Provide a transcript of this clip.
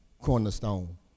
Cornerstone